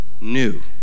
new